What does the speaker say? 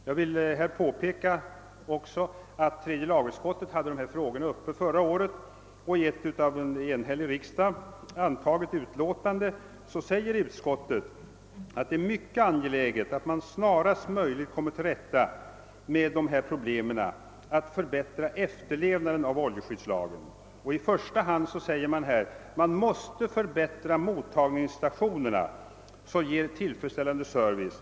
Jag vill också påpeka att tredje lagutskottet behandlade dessa frågor förra året, och i ett av en enhällig riksdag antaget utlåtande framhölls då att det är »mycket angeläget att man snarast möjligt kommer till rätta med det av motionärerna aktualiserade problemet att förbättra efterlevnaden av oljeskyddslagen.» I första hand måste man enligt utskottet förbättra mottagningsstationerna så att de ger tillfredsställande service.